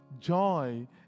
Joy